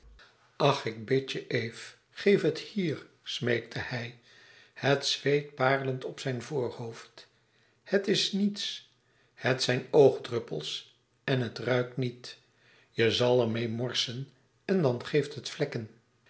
ach ik bid je eve geef het hier smeekte hij het zweet parelend op zijn voorhoofd het is niets het zijn oogdruppels en het ruikt niet je zal er meê morsen en dan geeft het vlakken